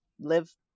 live